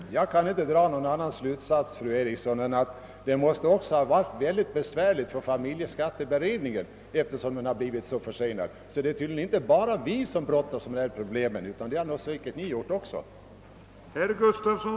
Herr talman! Jag kan inte dra någon annan slutsats än att detta måste ha erbjudit också familjeskatteberedningen stora besvär eftersom den har blivit så försenad. Det är tydligen inte bara vi som brottas med dessa problem, utan det har nog ni i beredningen gjort också, fru Eriksson.